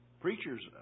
Preachers